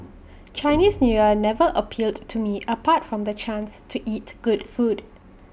Chinese New Year never appealed to me apart from the chance to eat good food